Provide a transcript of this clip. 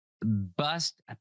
bust